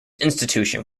institution